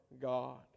God